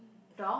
top